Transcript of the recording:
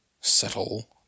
settle